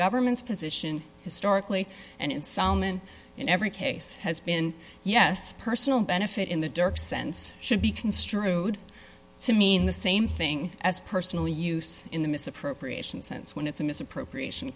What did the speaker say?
government's position historically and soundman in every case has been yes personal benefit in the dark sense should be construed to mean the same thing as personally use in the misappropriation sense when it's a misappropriation